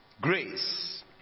grace